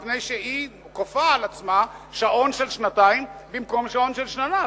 מפני שהיא כופה על עצמה שעון של שנתיים במקום שעון של שנה.